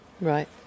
right